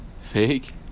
Fake